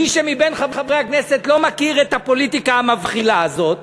מי שמבין חברי הכנסת לא מכיר את הפוליטיקה המבחילה הזאת,